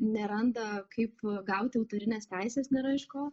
neranda kaip gauti autorines teises nėra iš ko